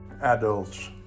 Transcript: adults